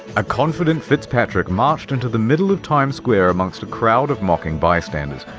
a confident fitzpatrick marched into the middle of times square amongst a crowd of mocking bystanders,